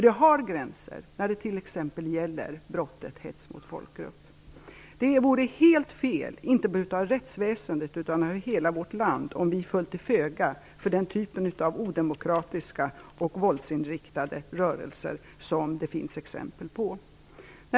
Det finns gränser när det gäller t.ex. brottet hets mot folkgrupp. Det vore helt fel inte bara av rättsväsendet utan av hela vårt land om vi föll till föga för den typ av odemokratiska och våldsinriktade rörelser som det finns exempel på.